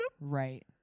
right